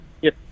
Yes